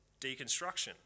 deconstruction